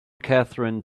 catherine